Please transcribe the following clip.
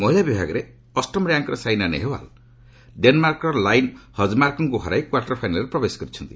ମହିଳା ବିଭାଗରେ ଅଷ୍ଟମ ର୍ୟାଙ୍କ୍ର ସାଇନା ନେହେୱାଲ୍ ଡେନ୍ମାର୍କର ଲାଇନ୍ ହଜ୍ମାର୍କଙ୍କୁ ହରାଇ କ୍ୱାର୍ଟର ଫାଇନାଲ୍ରେ ପ୍ରବେଶ କରିଛନ୍ତି